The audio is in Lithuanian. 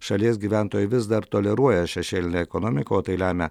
šalies gyventojai vis dar toleruoja šešėlinę ekonomiką o tai lemia